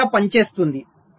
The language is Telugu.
విధానం ఇలా పనిచేస్తుంది